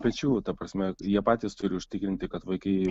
pečių ta prasme jie patys turi užtikrinti kad vaikai